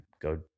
go